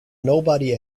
nobody